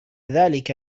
ذلك